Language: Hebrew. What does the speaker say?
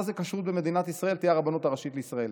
זה כשרות במדינת ישראל תהיה הרבנות הראשית לישראל.